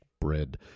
bread